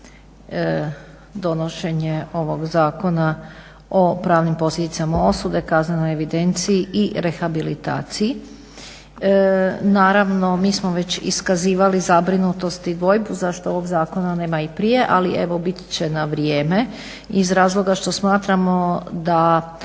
donošenje ovog Zakona o pravnim posljedicama osude, kaznenoj evidenciji i rehabilitaciji. Naravno mi smo već iskazivali zabrinutost i dvojbu zašto ovog zakona nema i prije, ali evo biti će na vrijeme iz razloga što smatramo da